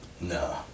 No